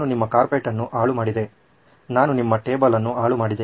ನಾನು ನಿಮ್ಮ ಕಾರ್ಪೆಟ್ ಅನ್ನು ಹಾಳುಮಾಡಿದೆ ನಾನು ನಿಮ್ಮ ಟೇಬಲ್ ಅನ್ನು ಹಾಳುಮಾಡಿದೆ